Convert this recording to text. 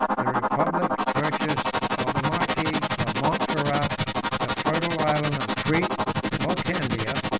the republic purchased of the marquis of montferrat the fertile island of crete or candia,